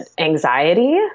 anxiety